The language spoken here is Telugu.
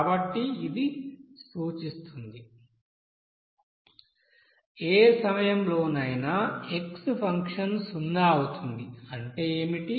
కాబట్టి ఇది సూచిస్తుంది ఏ సమయంలోనైనా x ఫంక్షన్ సున్నా అవుతుంది అంటే ఏమిటి